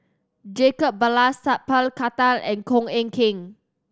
Jacob Ballas Sat Pal Khattar and Koh Eng Kian